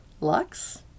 lux